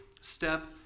step